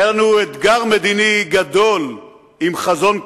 היה לנו אתגר מדיני גדול עם חזון קטן,